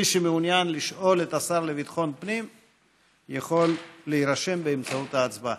מי שמעוניין לשאול את השר לביטחון פנים יכול להירשם באמצעות ההצבעה.